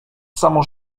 samo